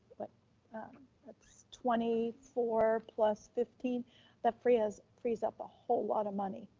but that's twenty four plus fifteen that frees frees up a whole lot of money.